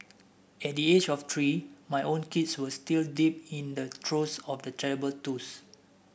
at the age of three my own kids were still deep in the throes of the terrible twos